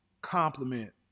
compliment